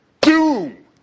doom